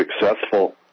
successful